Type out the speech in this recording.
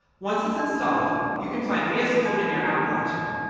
once it's installed, you can find vs code in your app launcher.